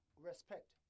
Respect